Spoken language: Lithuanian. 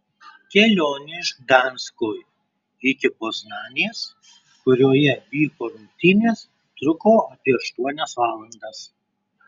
kelionė iš gdansko iki poznanės kurioje vyko rungtynės truko apie aštuonias valandas